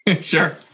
sure